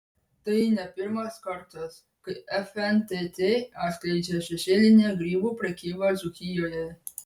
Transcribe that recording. tai ne pirmas kartas kai fntt atskleidžia šešėlinę grybų prekybą dzūkijoje